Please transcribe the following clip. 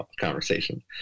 conversation